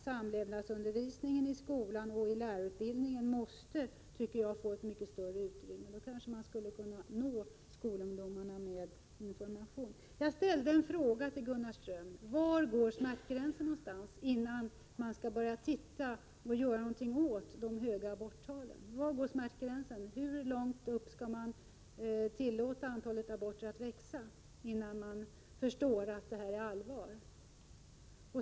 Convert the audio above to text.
Samlevnadsundervisningen i skolan och inom lärarutbildningen måste få ett mycket större utrymme. Då skulle man kanske kunna nå skolungdomarna med information. Jag ställde en fråga till Gunnar Ström. Var går smärtgränsen innan man skall börja se över och göra något åt det stora antalet aborter? Hur mycket skall man tillåta antalet aborter att öka innan man förstår att detta är allvar?